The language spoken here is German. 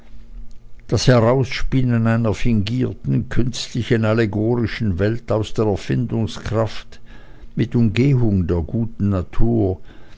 das herausspinnen einer fingierten künstlichen allegorischen welt aus der erfindungskraft mit umgehung der guten natur